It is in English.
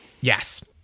Yes